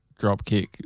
dropkick